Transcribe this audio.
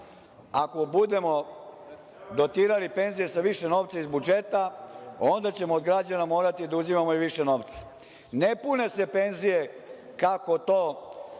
ako budemo dotirali penzije sa više novca iz budžeta, onda ćemo od građana morati da uzimamo i više novca. Ne pune se penzije kako to